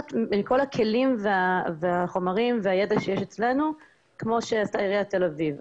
לקחת מכל הכלים והחומרים והידע שיש אצלנו כמו שעשתה עיריית תל אביב.